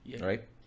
right